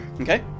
Okay